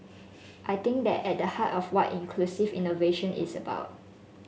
I think that's at the heart of what inclusive innovation is about